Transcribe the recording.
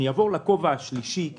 אני אעבור לכובע השלישי כי